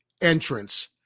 entrance